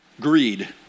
Greed